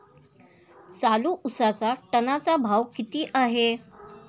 चालू उसाचा टनाचा भाव किती आहे?